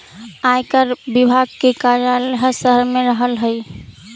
आयकर विभाग के कार्यालय हर शहर में रहऽ हई